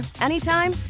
anytime